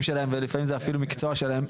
שלהם ולפעמים זה אפילו מקצוע שלהם,